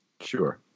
Sure